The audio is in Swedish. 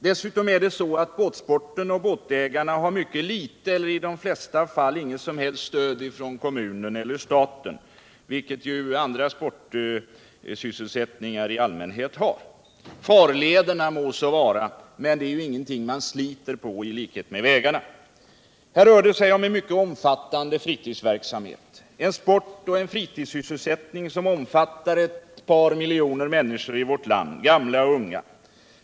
Dessutom har båtsporten och båtägarna mycket litet eller i de flesta fall inget som helst stöd från kommunen eller staten, vilket ju andra sporter har. Farlederna må så vara, men dem sliter man inte på som vägarna. Det rör sig här om en mycket omfattande fritidsverksamhet, en sport och en fritidssysselsättning som omfattar ett par miljoner människor i vårt land, gamla och unga.